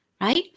right